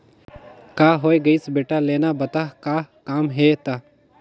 का होये गइस बेटा लेना बता का काम हे त